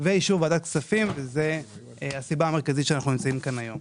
ושיובהר שיש פה פגיעה משמעותית באותם